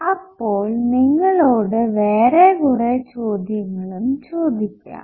അപ്പോൾ നിങ്ങളോട് വേറെ കുറെ ചോദ്യങ്ങളും ചോദിക്കാം